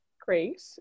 Great